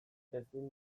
ezin